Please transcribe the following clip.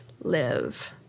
live